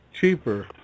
cheaper